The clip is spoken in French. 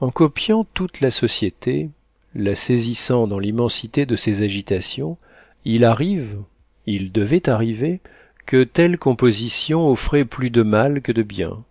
en copiant toute la société la saisissant dans l'immensité de ses agitations il arrive il devait arriver que telle composition offrait plus de mal que de bien